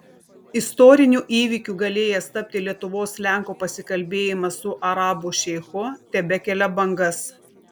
istoriniu įvykiu galėjęs tapti lietuvos lenko pasikalbėjimas su arabų šeichu tebekelia bangas